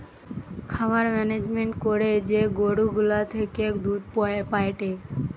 খামার মেনেজমেন্ট করে যে গরু গুলা থেকে দুধ পায়েটে